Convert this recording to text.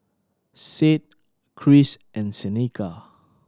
Sade Cris and Seneca